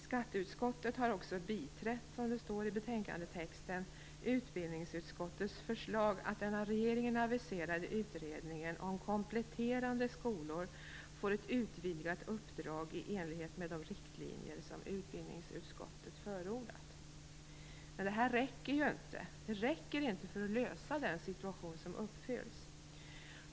Som det står i betänkandetexten har skatteutskottet också biträtt utbildningsutskottets förslag att den av regeringen aviserade utredningen om kompletterande skolor får ett utvidgat uppdrag i enlighet med de riktlinjer som utbildningsutskottet förordat. Men det räcker inte för att klara ut den situation som uppstår.